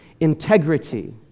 Integrity